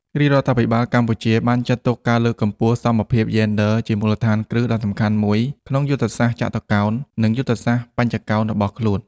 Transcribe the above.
រាជរដ្ឋាភិបាលកម្ពុជាបានចាត់ទុកការលើកកម្ពស់សមភាពយេនឌ័រជាមូលដ្ឋានគ្រឹះដ៏សំខាន់មួយក្នុងយុទ្ធសាស្ត្រចតុកោណ និងយុទ្ធសាស្ត្របញ្ចកោណរបស់ខ្លួន។